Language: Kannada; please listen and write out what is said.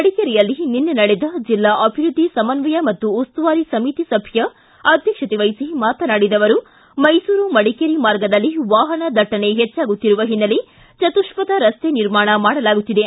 ಮಡಿಕೇರಿಯಲ್ಲಿ ನಿನ್ನೆ ನಡೆದ ಜೆಲ್ಲಾ ಅಭಿವೃದ್ದಿ ಸಮನ್ನಯ ಮತ್ತು ಉಸ್ತುವಾರಿ ಸಮಿತಿ ಸಭೆಯ ಅಧ್ಯಕ್ಷತೆ ವಹಿಸಿ ಮಾತನಾಡಿದ ಅವರು ಮೈಸೂರು ಮಡಿಕೇರಿ ಮಾರ್ಗದಲ್ಲಿ ವಾಹನ ದಟ್ಟಣೆ ಹೆಚ್ಚಾಗುತ್ತಿರುವ ಹಿನ್ನೆಲೆ ಚತುಷ್ಪಥ ರಸ್ತೆ ನಿರ್ಮಾಣ ಮಾಡಲಾಗುತ್ತಿದೆ